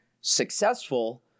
successful